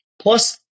plus